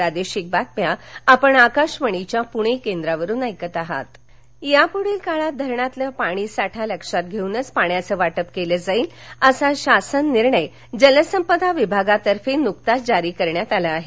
पाणीवाटप यापुढील काळात धरणातील पाणी साठा लक्षात घेऊनच पाण्याचं वाटप केलं जाईल असा शासन निर्णय जलसंपदा विभागातर्फे नुकताच जारी करण्यात आला आहे